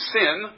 sin